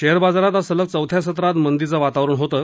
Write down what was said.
share बाजारात आज सलग चौथ्या सत्रात मंदीचं वातावरण होतं